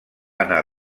anar